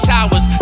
Towers